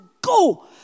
go